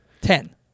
Ten